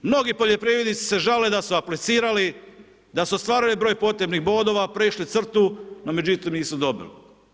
Mnogi poljoprivrednici se žale da su aplicirali, da se ostvaruje broj potrebnih bodova, prešli crtu, no međutim nisu dobili.